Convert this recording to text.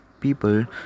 people